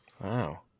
Wow